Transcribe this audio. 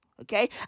okay